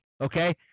Okay